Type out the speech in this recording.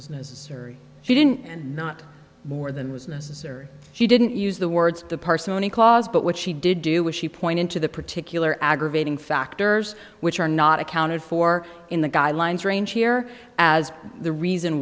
was necessary she didn't not more than was necessary she didn't use the words the parsimony clause but what she did do was she point into the particular aggravating factors which are not accounted for in the guidelines range here as the reason